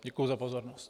Děkuji za pozornost.